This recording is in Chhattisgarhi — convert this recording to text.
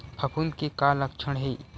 फफूंद के का लक्षण हे?